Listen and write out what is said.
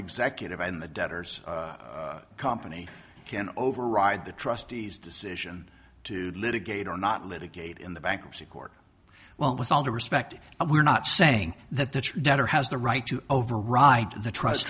executive and the debtors company can override the trustees decision to litigate or not litigate in the bankruptcy court well with all due respect we're not saying that the debtor has the right to override the trust